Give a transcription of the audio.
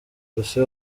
gusa